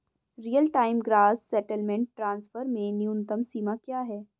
Real time gross settlement transfer में न्यूनतम सीमा क्या है?